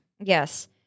Yes